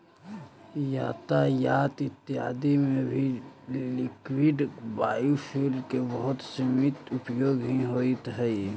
यातायात इत्यादि में अभी लिक्विड बायोफ्यूल के बहुत सीमित प्रयोग ही होइत हई